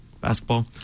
Basketball